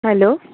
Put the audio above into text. hello